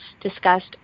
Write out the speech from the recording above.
discussed